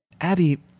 Abby